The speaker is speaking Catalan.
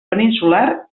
peninsular